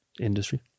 industry